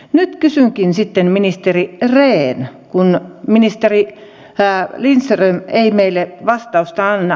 nyt kysynkin sitten ministeri rehn kun ministeri lindström ei meille vastausta anna